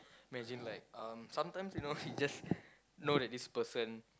imagine like uh sometimes you know you just know that this person